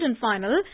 final